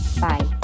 Bye